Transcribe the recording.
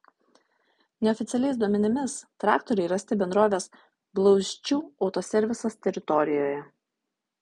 neoficialiais duomenimis traktoriai rasti bendrovės blauzdžių autoservisas teritorijoje